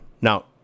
Now